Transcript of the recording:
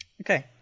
Okay